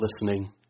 listening